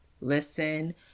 listen